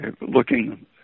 looking